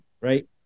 right